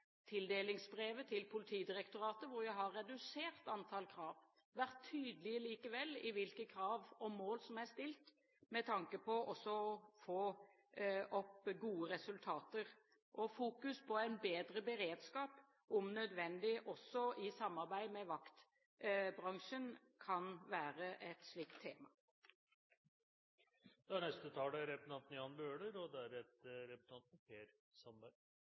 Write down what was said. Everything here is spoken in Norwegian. tildelingsbrevet til Politidirektoratet, hvor jeg har redusert antall krav, men vært tydelig likevel på hvilke krav og mål som er stilt med tanke på også å få opp gode resultater. Fokusering på en bedre beredskap, om nødvendig også i samarbeid med vaktbransjen, kan være et slikt tema.